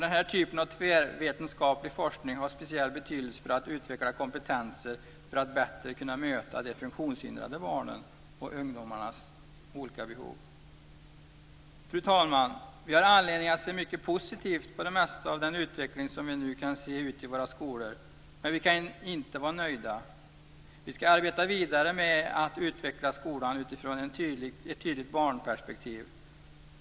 Denna typ av tvärvetenskaplig forskning har speciell betydelse för att utveckla kompetenser för att bättre kunna möta de funktionshindrade barnens och ungdomarnas olika behov. Fru talman! Vi har anledning att se mycket positivt på det mesta av den utveckling som vi nu kan se ute i våra skolor, men vi kan inte vara nöjda. Vi ska arbeta vidare med att utveckla skolan utifrån ett tydligt barnperspektiv.